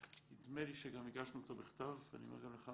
נדמה לי שגם הגשנו אותו בכתב אני אומר גם לך,